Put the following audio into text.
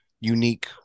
unique